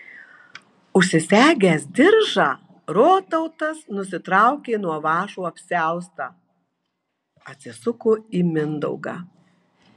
užsisegęs diržą rotautas nusitraukė nuo vąšo apsiaustą atsisuko į mindaugą